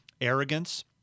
arrogance